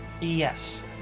Yes